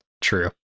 True